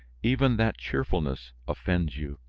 even that cheerfulness offends you.